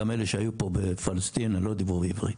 גם אלה שהיו פה בפלשתינה לא דיברו בעברית.